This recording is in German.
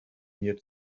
mir